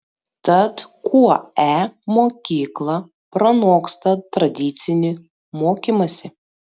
tad kuo e mokykla pranoksta tradicinį mokymąsi